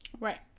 Right